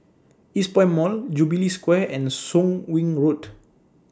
Eastpoint Mall Jubilee Square and Soon Wing Road